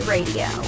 Radio